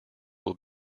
will